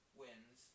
wins